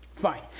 fine